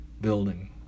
building